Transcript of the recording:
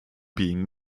being